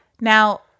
Now